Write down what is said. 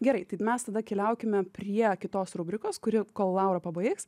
gerai tai mes tada keliaukime prie kitos rubrikos kuri kol laura pabaigs